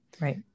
right